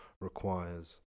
requires